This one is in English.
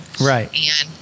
Right